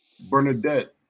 Bernadette